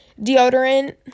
deodorant